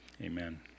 Amen